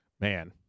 man